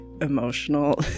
emotional